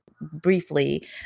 briefly